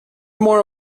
more